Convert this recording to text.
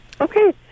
Okay